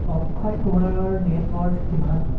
অক্ষয় কুমাৰৰ নেটৱৰ্থ কিমান হয়